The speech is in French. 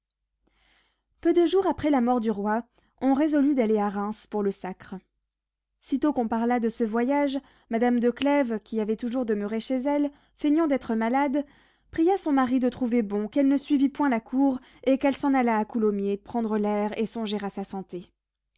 peu de jours après la mort du roi on résolut d'aller à reims pour le sacre sitôt qu'on parla de ce voyage madame de clèves qui avait toujours demeuré chez elle feignant d'être malade pria son mari de trouver bon qu'elle ne suivît point la cour et qu'elle s'en allât à coulommiers prendre l'air et songer à sa santé